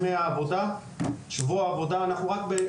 אנחנו רק ב-2058,